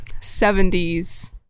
70s